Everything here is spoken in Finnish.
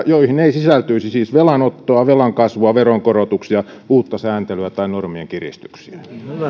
joihin ei sisältyisi siis velanottoa velan kasvua veron korotuksia uutta sääntelyä tai normien kiristyksiä